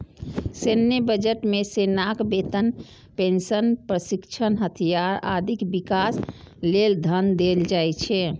सैन्य बजट मे सेनाक वेतन, पेंशन, प्रशिक्षण, हथियार, आदिक विकास लेल धन देल जाइ छै